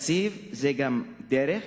תקציב זה גם דרך.